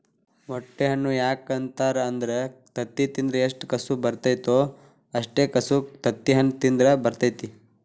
ಮೊಟ್ಟೆ ಹಣ್ಣು ಯಾಕ ಅಂತಾರ ಅಂದ್ರ ತತ್ತಿ ತಿಂದ್ರ ಎಷ್ಟು ಕಸು ಬರ್ತೈತೋ ಅಷ್ಟೇ ಕಸು ತತ್ತಿಹಣ್ಣ ತಿಂದ್ರ ಬರ್ತೈತಿ